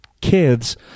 kids